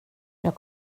jag